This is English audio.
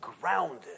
grounded